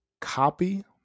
copy